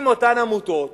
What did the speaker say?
אם אותן עמותות